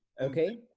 Okay